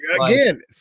again